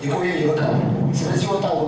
you know